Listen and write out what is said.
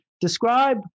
describe